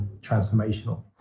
transformational